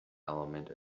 element